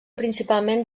principalment